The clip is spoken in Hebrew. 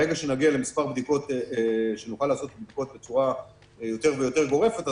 ברגע שנוכל לעשות בדיקות בצורה יותר ויותר גורפת,